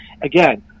Again